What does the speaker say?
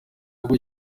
nguko